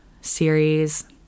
series